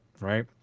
right